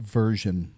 version